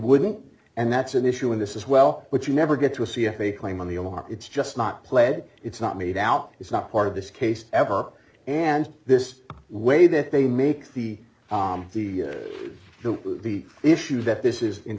wouldn't and that's an issue in this as well which you never get to see if they claim on the ark it's just not pled it's not made out it's not part of this case ever and this way that they make the the the issue that this is in